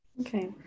Okay